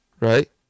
right